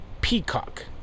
Peacock